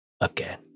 again